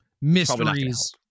Mysteries